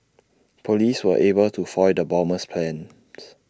Police were able to foil the bomber's plans